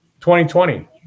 2020